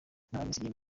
y’abaminisitiri